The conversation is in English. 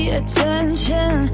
attention